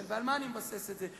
על מה אני מבסס את זה?